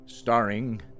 Starring